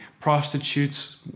prostitutes